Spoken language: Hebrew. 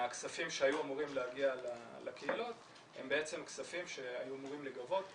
מהכספים שהיו אמורים להגיע לקהילות הם בעצם כספים שהיו אמורים להיגבות